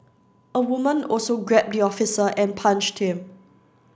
a woman also grabbed the officer and punched him